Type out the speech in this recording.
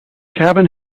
cabin